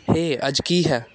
ਹੇ ਅੱਜ ਕੀ ਹੈ